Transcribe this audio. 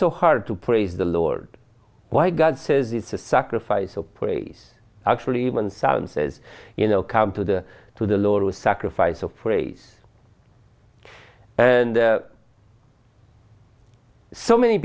so hard to praise the lord why god says it's a sacrifice of praise actually even sound says you know come to the to the lord who sacrifice of praise and so many